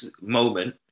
moment